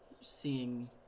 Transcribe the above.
seeing